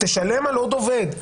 תשלם על עוד עובד,